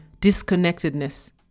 disconnectedness